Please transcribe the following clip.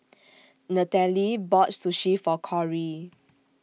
Natalee bought Sushi For Kori